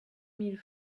mille